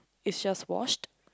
is just washed